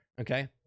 okay